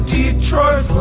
Detroit